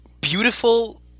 beautiful